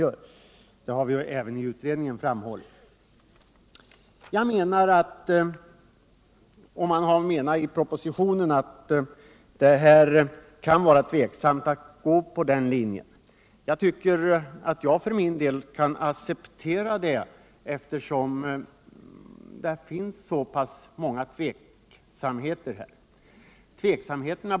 och det har vi även i utredningen framhållit. I propositionen anser man att det kan vara tveksamt att gå på den linjen. Jag tycker att jag för min del kan acceptera det eftersom det finns så många tveksamheter.